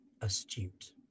astute